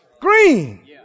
green